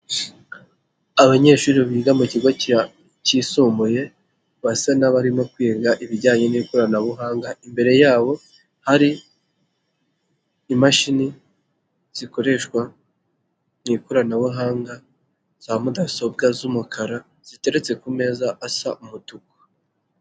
Abanyeshuri biga mu kigo cyisumbuye basa n'abarimo kwiga ibijyanye n'ikoranabuhanga imbere yabo hari imashini zikoreshwa mu ikoranabuhanga za mudasobwa z'umukara ziteretse ku meza asa umutuku.